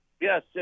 Yes